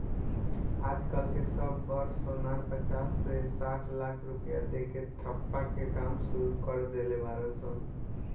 आज कल के सब बड़ सोनार पचास से साठ लाख रुपया दे के ठप्पा के काम सुरू कर देले बाड़ सन